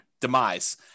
demise